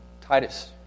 Titus